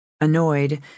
Annoyed